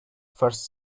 first